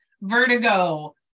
vertigo